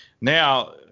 Now